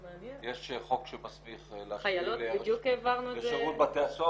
יש חוק שמסמיך להשאיל לשירות בתי הסוהר